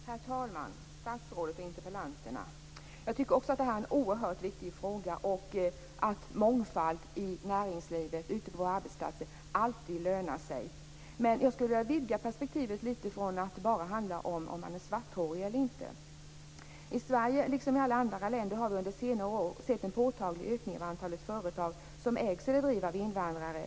Herr talman, statsrådet och deltagare i interpellationsdebatten! Också jag tycker att detta är en oerhört viktig fråga och att mångfald ute i näringslivet och på våra arbetsplatser alltid lönar sig. Men jag skulle vilja vidga perspektivet litet och inte bara låta debatten handla om huruvida man är svarthårig eller inte. I Sverige liksom i alla andra länder har vi under senare år sett en påtaglig ökning av antalet företag som ägs eller drivs av invandrare.